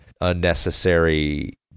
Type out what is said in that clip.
unnecessary